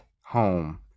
home